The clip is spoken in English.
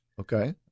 Okay